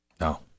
No